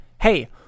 hey